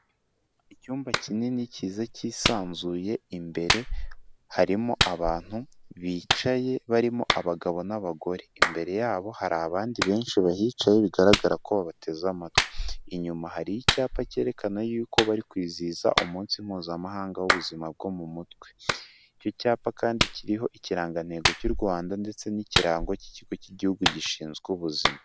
Icyumba kinini cyiza cyisanzuye, imbere harimo abantu bicaye barimo abagabo n'abagore, imbere yabo hari abandi benshi bahica bigaragara ko babateze amatwi, inyuma hari icyapa cyerekana yuko bari kwizihiza umunsi mpuzamahanga w'ubuzima bwo mu mutwe, icyo cyapa kandi kiriho ikirangantego cy'u Rwanda ndetse n'ikirango cy'ikigo cy'igihugu gishinzwe ubuzima.